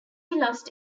lost